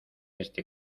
este